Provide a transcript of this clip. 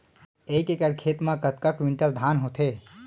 एक एकड़ खेत मा कतका क्विंटल धान होथे?